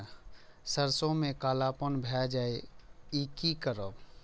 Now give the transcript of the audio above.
सरसों में कालापन भाय जाय इ कि करब?